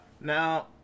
Now